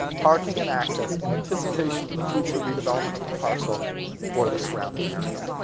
parking and access, in anticipation of the future redevelopment of the parcel or the surrounding area.